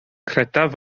credaf